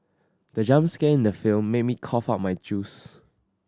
the jump scare in the film made me cough out my juice